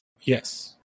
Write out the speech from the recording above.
Yes